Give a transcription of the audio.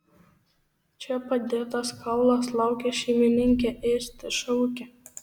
čia padėtas kaulas laukia šeimininkė ėsti šaukia